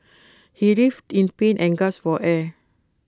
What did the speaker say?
he writhed in pain and gasped for air